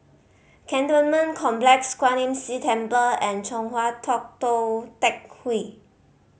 Cantonment Complex Kwan Imm See Temple and Chong Hua Tong Tou Teck Hwee